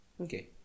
Okay